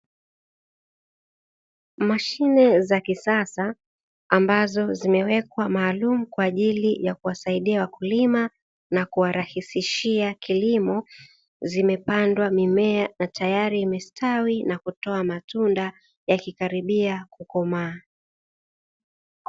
Mashine za kisasa ambazo zimewekwa maalumu kwa ajili ya kuwasaidia wakulima na kuwarahisishia kilimo, zimepandwa mimea na tayari imestawi na kutoa matunda yakikaribia kukomaa.